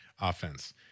offense